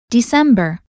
December